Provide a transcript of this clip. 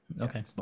Okay